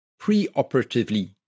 preoperatively